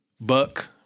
Buck